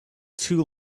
too